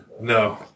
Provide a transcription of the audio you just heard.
No